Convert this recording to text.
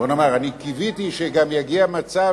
בוא נאמר: אני קיוויתי שיגיע גם מצב